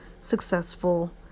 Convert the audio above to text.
successful